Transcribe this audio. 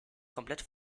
komplett